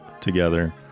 together